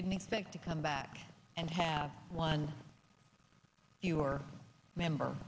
didn't expect to come back and have one fewer member